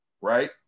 Right